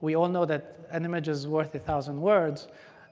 we all know that an image is worth a one thousand words